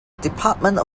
department